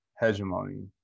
hegemony